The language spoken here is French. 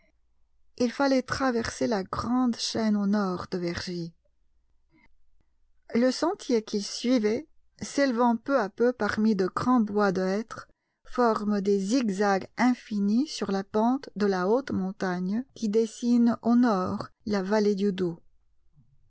il fallait traverser la grande chaîne au nord de vergy le sentier qu'il suivait s'élevant peu à peu parmi de grands bois de hêtres forme des zigzags infinis sur la pente de la haute montagne qui dessine au nord la vallée du doubs